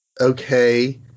Okay